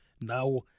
Now